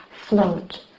float